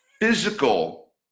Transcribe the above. physical